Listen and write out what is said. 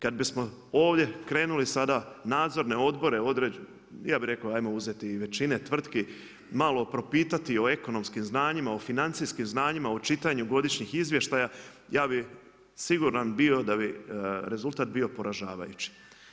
Kad bismo ovdje krenuli sada nadzorne odbore, ja bih rekao hajmo uzeti i većine tvrtki malo propitati o ekonomskim znanjima, o financijskim znanjima, o čitanju godišnjih izvještaja, ja bih siguran bio da bi rezultat bio poražavajući.